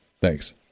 thanks